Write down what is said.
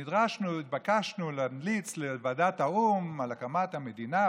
נדרשנו ונתבקשנו להמליץ לוועדת האו"ם על הקמת המדינה.